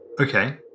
Okay